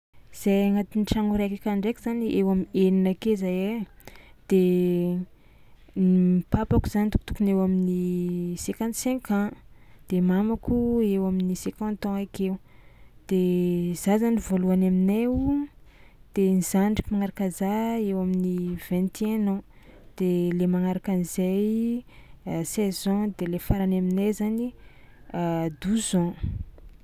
Zahay agnatin'ny tragno araiky aka ndraiky zany eo am'enina ake zahay ai de ny papako zany tokotokony eo amin'ny cinquante cinq ans de mamako eo amin'ny cinquante ans akeo de za zany voalohany aminay o de ny zandriky magnaraka za eo amin'ny vingt et un ans de magnaraka an'zay seize ans de le farany aminay zany douze ans.